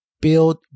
build